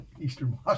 Eastern